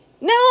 No